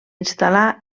instal·là